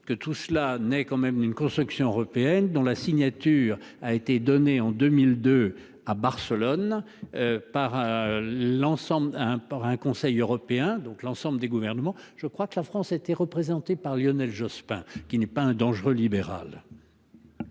que tout cela n'est quand même d'une construction européenne dont la signature a été donné en 2002. À Barcelone. Par l'ensemble un par un Conseil européen. Donc l'ensemble des gouvernements, je crois que la France était représentée par Lionel Jospin qui n'est pas un dangereux libéral.